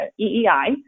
EEI